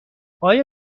آیا